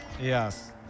Yes